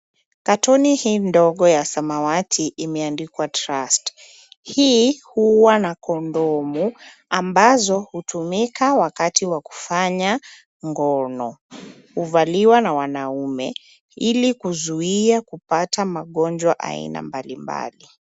Katoni hii ndogo ya samawati imeandikwa, trust. Hii huwa na kondomu ambazo hutumika wakati wa kufanya ngono. Huvaliwa na wanaume ili kuzuia kupata magonjwa aina mbalimbali.